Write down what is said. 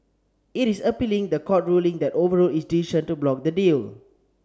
it is appealing the court ruling that overruled its decision to block the deal